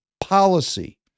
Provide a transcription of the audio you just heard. policy